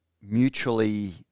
mutually